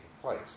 place